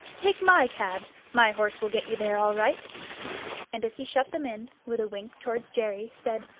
take my cab, my horse will get you there all right and as he shut them in, with a wink toward jerry, said,